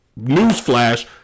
newsflash